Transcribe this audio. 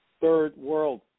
third-world